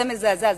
זה מזעזע.